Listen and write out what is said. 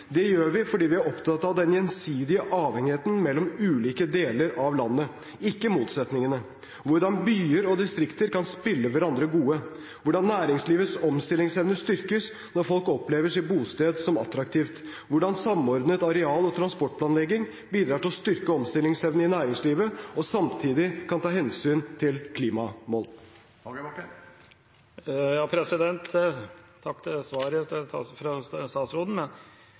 Det gjør vi fordi vi er opptatt av den gjensidige avhengigheten mellom ulike deler av landet, ikke motsetningene – hvordan byer og distrikter kan spille hverandre gode, hvordan næringslivets omstillingsevne styrkes når folk opplever sitt bosted som attraktivt og hvordan samordnet areal- og transportplanlegging bidrar til å styrke omstillingsevnen i næringslivet og samtidig kan ta hensyn til klimamål. Takk for svaret